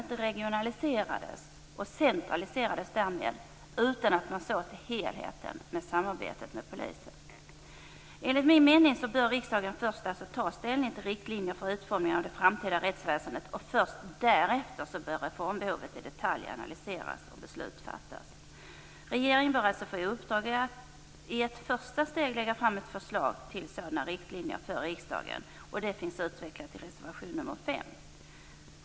När det regionaliserades blev det därmed centraliserat utan att man såg till helheten när det gällde samarbetet med polisen. Enligt min mening bör riksdagen först ta ställning till riktlinjer för utformningen av det framtida rättsväsendet. Först därefter bör reformbehovet i detalj analyseras och beslut fattas. Regeringen bör alltså få i uppdrag att i ett första steg till riksdagen lägga fram ett förslag till sådana riktlinjer. Detta finns utvecklat i reservation nr 5.